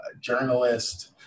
journalist